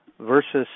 versus